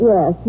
Yes